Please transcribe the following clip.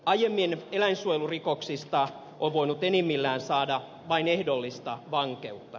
aiemmin eläinsuojelurikoksista on voinut enimmillään saada vain ehdollista vankeutta